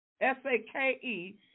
S-A-K-E